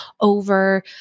over